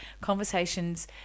conversations